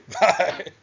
Bye